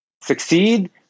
succeed